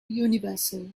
universal